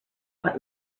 what